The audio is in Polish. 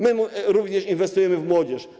My również inwestujemy w młodzież.